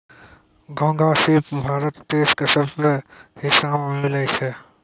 घोंघा, सिप भारत देश के सभ्भे हिस्सा में मिलै छै